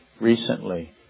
recently